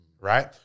right